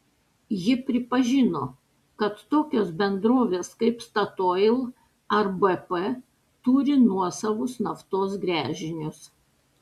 ji pripažino kad tokios bendrovės kaip statoil ar bp turi nuosavus naftos gręžinius